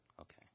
Okay